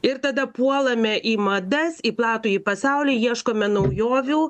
ir tada puolame į madas į platųjį pasaulį ieškome naujovių